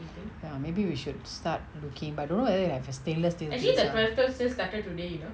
ya maybe we should start looking but don't know whether they have the stainless steel one